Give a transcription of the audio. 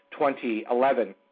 2011